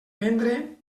vendre